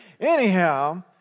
Anyhow